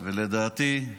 לדעתי,